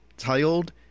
titled